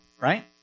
Right